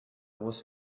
was